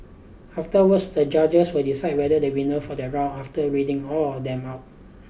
afterwards the judge will decide whether the winner for the round after reading all of them out